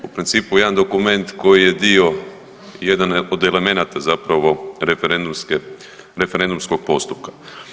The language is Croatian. U principu jedan dokument koji je dio jedan od elemenata zapravo referendumskog postupka.